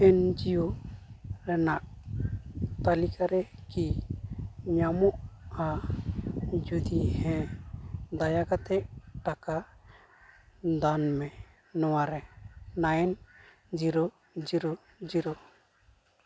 ᱮᱱ ᱡᱤ ᱳ ᱨᱮᱱᱟᱜ ᱛᱟᱹᱞᱤᱠᱟᱨᱮ ᱠᱤ ᱧᱟᱢᱚᱜᱼᱟ ᱡᱚᱫᱤ ᱦᱮᱸ ᱫᱟᱭᱟ ᱠᱟᱛᱮᱫ ᱴᱟᱠᱟ ᱫᱟᱱᱢᱮ ᱱᱚᱣᱟᱨᱮ ᱱᱟᱭᱤᱱ ᱡᱤᱨᱳ ᱡᱤᱨᱳ ᱡᱤᱨᱳ